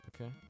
okay